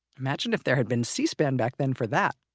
imagine if there had been c-span back then for that!